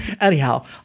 Anyhow